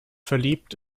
verliebt